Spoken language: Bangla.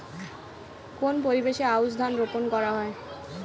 কোন পরিবেশে আউশ ধান রোপন করা হয়?